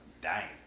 dying